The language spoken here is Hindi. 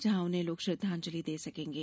जहां उन्हें लोग श्रद्वांजलि दे सकेंगे